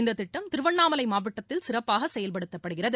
இந்த திட்டம் திருவண்ணாமலை மாவட்டத்தில் சிறப்பாக செயல்படுத்தப்படுகிறது